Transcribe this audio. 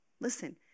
Listen